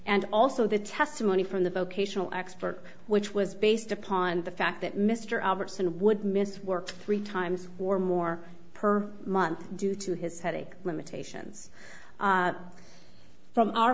and also the testimony from the vocational expert which was based upon the fact that mr iverson would miss work three times or more per month due to his headache limitations from our